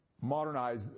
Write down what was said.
modernize